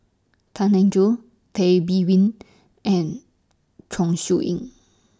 Tan Eng Joo Tay Bin Wee and Chong Siew Ying